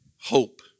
hope